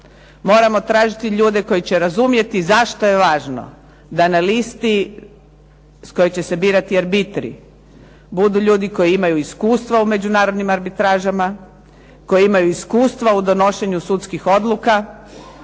moramo tržiti ljude koji će razumjeti zašto je važno da na listi s koje će se birati arbitri budu ljudi koji imaju iskustva u međunarodnim arbitražama, koji imaju iskustva u donošenju sudskih odluka,